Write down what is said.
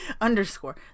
underscore